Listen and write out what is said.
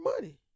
money